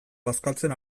bazkaltzen